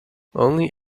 only